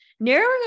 narrowing